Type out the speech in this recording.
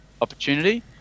opportunity